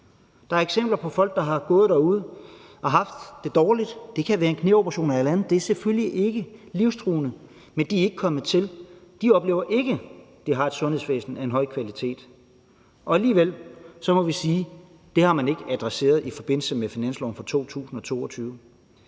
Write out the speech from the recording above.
Der er eksempler på folk, der har gået derude og har haft det dårligt, det kan være på grund af et knæ eller andet, og det er selvfølgelig ikke livstruende, men som ikke er kommet til. De oplever ikke, at de har et sundhedsvæsen af en høj kvalitet, og alligevel må vi sige, at det har man ikke adresseret i forbindelse med finansloven for 2022.